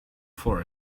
for